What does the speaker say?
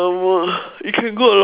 you can go a lot of places